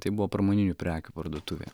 tai buvo pramoninių prekių parduotuvė